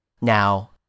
Now